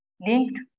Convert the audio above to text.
linked